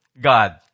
God